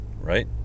right